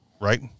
right